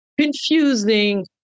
confusing